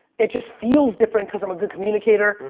it just feels different because i'm a good communicator.